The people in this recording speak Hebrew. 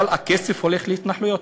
אבל הכסף הולך להתנחלויות,